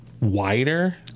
Wider